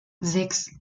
sechs